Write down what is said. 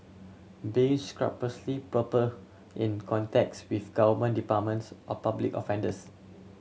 be scrupulously proper in contacts with government departments or public offenders